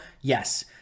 Yes